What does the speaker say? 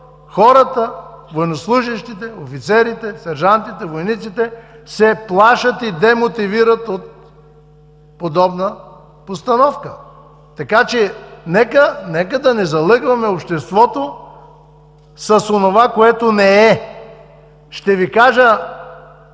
хората, военнослужещите, офицерите, сержантите, войниците се плашат и демотивират от подобна постановка“. Нека да не залъгваме обществото с онова, което не е! Ще Ви кажа